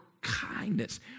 kindness